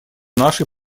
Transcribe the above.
нашей